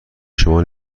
شما